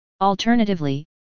Alternatively